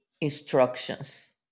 instructions